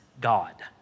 God